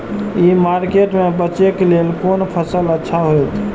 ई market में बेचेक लेल कोन फसल अच्छा होयत?